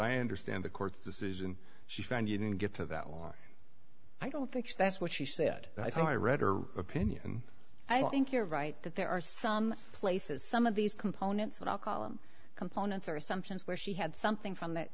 i understand the court's decision she found you can get to that or i don't think that's what she said but i thought i read her opinion i think you're right that there are some places some of these components what i'll call them components or assumptions where she had something from the